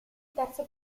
terzo